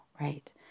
right